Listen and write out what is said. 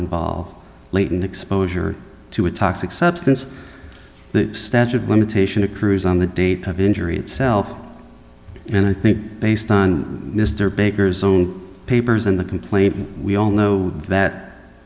involve blatant exposure to a toxic substance the statute of limitation a cruise on the date of injury itself and i think based on mr baker's own papers in the complaint we all know that